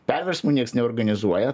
perversmų niekas neorganizuoja